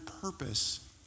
purpose